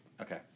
Okay